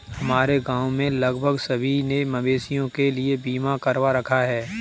हमारे गांव में लगभग सभी ने मवेशियों के लिए बीमा करवा रखा है